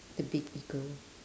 a big ego